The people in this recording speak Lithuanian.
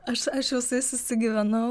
aš aš visai susigyvenau